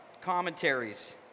commentaries